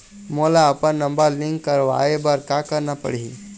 मोला अपन number link करवाये बर का करना पड़ही?